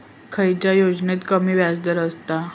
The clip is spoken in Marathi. खयल्या योजनेत कमी व्याजदर असता?